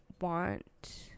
want